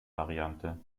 variante